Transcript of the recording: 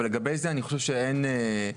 אבל לגבי זה אני חושב שאין מחלוקת.